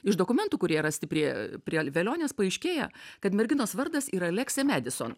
iš dokumentų kurie rasti prie prie velionės paaiškėja kad merginos vardas yra leksė medison